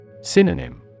Synonym